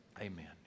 Amen